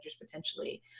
potentially